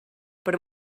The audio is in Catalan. per